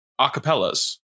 acapellas